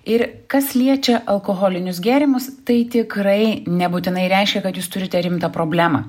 ir kas liečia alkoholinius gėrimus tai tikrai nebūtinai reiškia kad jūs turite rimtą problemą